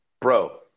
Bro